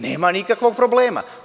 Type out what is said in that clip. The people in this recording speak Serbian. Nema nikakvog problema.